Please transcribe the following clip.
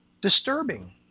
disturbing